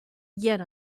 yet